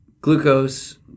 glucose